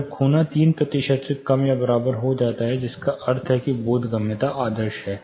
जब खोना 3 प्रतिशत से कम या बराबर हो जाता है जिसका अर्थ है कि बोधगम्यता आदर्श है